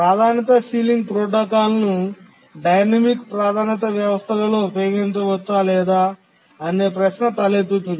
ప్రాధాన్యత ceiling protocol ను dynamic ప్రాధాన్యతా వ్యవస్థల్లో ఉపయోగించవచ్చా లేదా అనే ప్రశ్న తలెత్తుతుంది